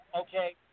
okay